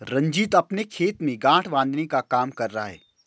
रंजीत अपने खेत में गांठ बांधने का काम कर रहा है